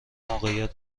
موقعیت